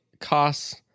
costs